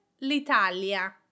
l'Italia